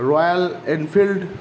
royal Enfield